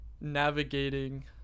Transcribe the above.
navigating